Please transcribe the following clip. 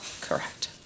Correct